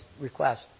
request